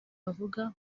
bavuga